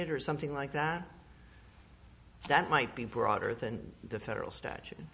it or something like that that might be broader than the federal statu